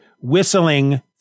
whistling